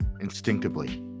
instinctively